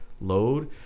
load